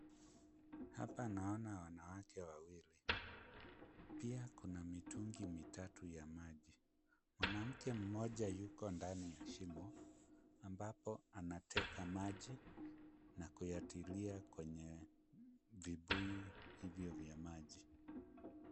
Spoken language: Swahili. Hapa naona wanawake wawili. Pia kuna mitungi mitatu ya maji. Mwanamke mmoja yuko ndani ya shimo ambapo anateka maji na kuyatilia kwenye vibuyu hivyo vya maji.